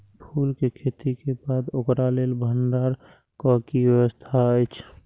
फूल के खेती करे के बाद ओकरा लेल भण्डार क कि व्यवस्था अछि?